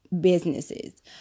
businesses